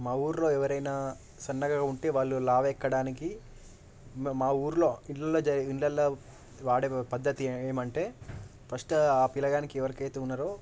మా ఊరిలో ఎవరైనా సన్నగా ఉంటే వాళ్ళు లావెక్కడానికి మా ఊరిలో ఇళ్లలో జరిగే ఇండ్లల్లో వాడే పద్ధతి ఏమంటే ఫస్ట్ ఆ పిల్లవాడికి ఎవరికైతే ఉన్నారో